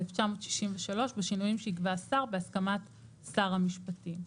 בשינויים שיקבע השר בהסכמת שר המשפטים.